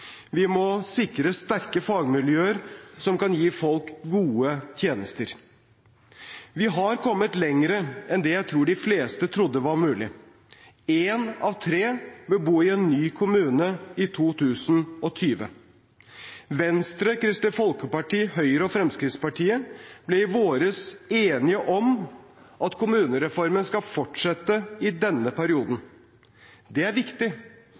Vi må sikre sterke fagmiljøer som kan gi folk gode tjenester. Vi har kommet lenger enn det jeg tror de fleste trodde var mulig. En av tre vil bo i en ny kommune i 2020. Venstre, Kristelig Folkeparti, Høyre og Fremskrittspartiet ble i våres enige om at kommunereformen skal fortsette i denne perioden. Det er viktig,